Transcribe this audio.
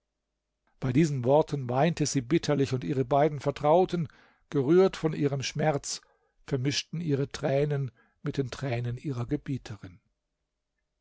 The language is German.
bei diesen worten weinte sie bitterlich und ihre beiden vertrauten gerührt von ihrem schmerz vermischten ihre tränen mit den tränen ihrer gebieterin